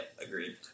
agreed